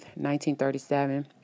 1937